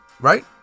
Right